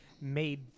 made